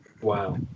Wow